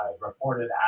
reported